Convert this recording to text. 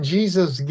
Jesus